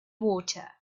water